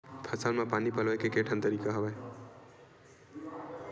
फसल म पानी पलोय के केठन तरीका हवय?